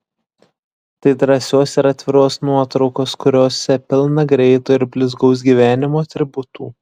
tai drąsios ir atviros nuotraukos kuriose pilna greito ir blizgaus gyvenimo atributų